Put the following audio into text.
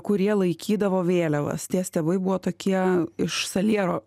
kurie laikydavo vėliavas tie stiebai buvo tokie iš saliero